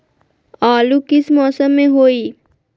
आलू किस मौसम में होई?